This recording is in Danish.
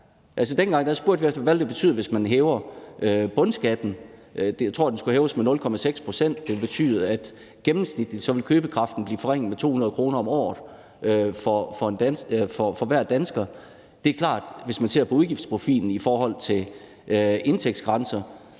Dengang spurgte vi efter, hvad det ville betyde, hvis man hævede bundskatten. Jeg tror, den skulle hæves med 0,6 pct. Det ville betyde, at købekraften gennemsnitligt ville blive forringet med 200 kr. om året for hver dansker. Det er klart, at hvis man ser på udgiftsprofilen i forhold til indtægtsgrænser,